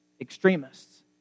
extremists